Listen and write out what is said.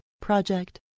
Project